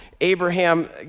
Abraham